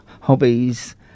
hobbies